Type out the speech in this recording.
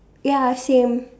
ya same